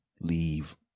leave